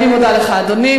אני מודה לך, אדוני.